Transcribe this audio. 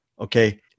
Okay